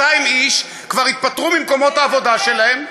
200 איש כבר התפטרו ממקומות העבודה שלהם.